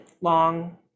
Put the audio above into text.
long